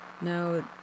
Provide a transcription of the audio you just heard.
No